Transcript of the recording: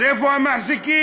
אז איפה המעסיקים,